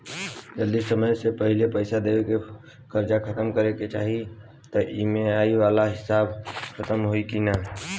जदी समय से पहिले पईसा देके सब कर्जा खतम करे के चाही त ई.एम.आई वाला हिसाब खतम होइकी ना?